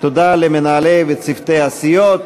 תודה למנהלי וצוותי הסיעות.